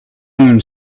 own